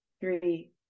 three